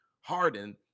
hardened